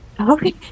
Okay